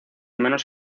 menos